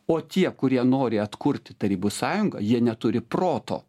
o tie kurie nori atkurti tarybų sąjungą jie neturi proto